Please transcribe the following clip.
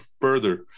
further